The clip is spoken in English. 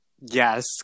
Yes